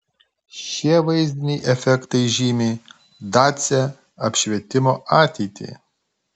šie vaizdiniai efektai žymi dacia apšvietimo ateitį